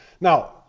Now